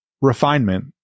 refinement